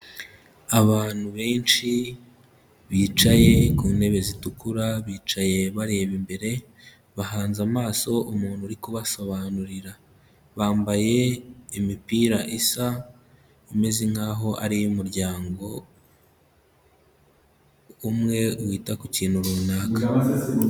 Abantu benshi bicaye ku ntebe zitukura bicaye bareba imbere, bahanze amaso umuntu uri kubasobanurira, bambaye imipira isa imeze nkaho ari iy'umuryango umwe wita ku kintu runaka.